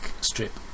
strip